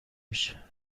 میشه